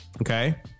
okay